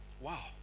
Wow